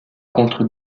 contre